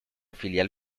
filial